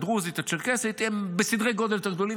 הדרוזית והצ'רקסית הם בסדרי גודל יותר גדולים,